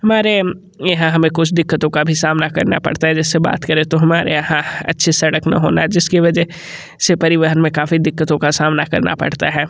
हमारे यहाँ हमें कुछ दिक़्क़तों का भी सामना करना पड़ता है जैसे बात करें तो हमारे यहाँ अच्छी सड़क ना होना जिसकी वजह से परिवहन में काफ़ी दिक़्क़तों का सामना करना पड़ता है